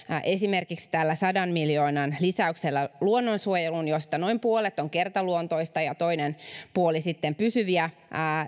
esimerkiksi tällä sadan miljoonan lisäyksellä luonnonsuojeluun josta noin puolet on kertaluontoista ja toinen puoli sitten pysyviä